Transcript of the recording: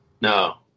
No